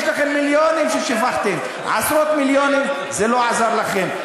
מיליונים שפכתם, עשרות מיליונים, זה לא עזר לכם.